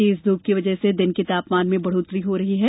तेज धूप की वजह से दिन के तापमान में बढ़ौतरी हो रही है